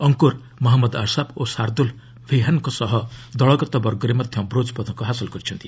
ଅଙ୍କୁର ମହମ୍ମଦ ଆସାବ୍ ଓ ଶାର୍ଦ୍ଦୁଲ ଭିହାନ୍ଙ୍କ ସହ ଦଳଗତ ବର୍ଗରେ ମଧ୍ୟ ବ୍ରୋଞ୍ ପଦକ ହାସଲ କରିଛନ୍ତି